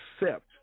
accept